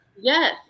Yes